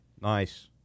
Nice